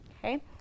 Okay